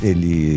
Ele